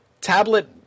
tablet